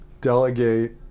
delegate